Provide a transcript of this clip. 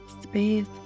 space